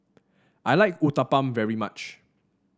I like Uthapam very much